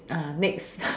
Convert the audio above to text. next